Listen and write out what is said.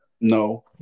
No